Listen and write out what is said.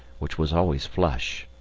which was always flush.